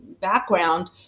background